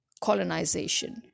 colonization